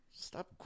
Stop